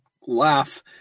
laugh